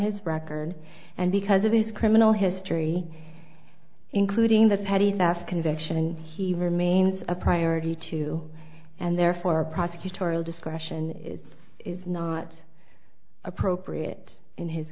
his record and because of his criminal history including the petty theft conviction and he remains a priority too and therefore prosecutorial discretion is not appropriate in his